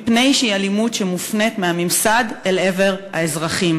מפני שהיא אלימות שמופנית מהממסד אל עבר האזרחים.